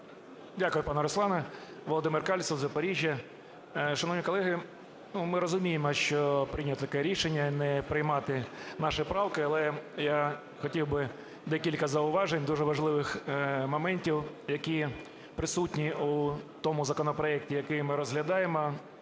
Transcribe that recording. Дякую, пане Руслане. Володимир Кальцев, Запоріжжя. Шановні колеги, ну, ми розуміємо, що прийнято таке рішення: не приймати наші правки. Але я хотів би декілька зауважень дуже важливих моментів, які присутні у тому законопроекті, який ми розглядаємо,